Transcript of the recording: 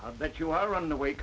i bet you are running away